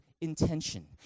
intention